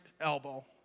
elbow